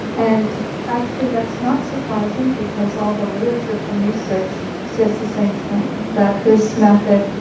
and actually that's not surprising because all the literature from research says the same thing, that this method,